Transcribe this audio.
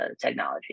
technology